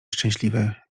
szczęśliwe